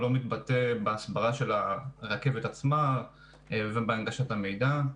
לא מתבטא בהסברה של הרכבת עצמה ובהנגשת המידע.